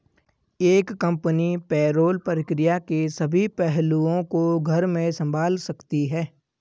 एक company payroll प्रक्रिया के सभी पहलुओं को घर में संभाल सकती है